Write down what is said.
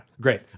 great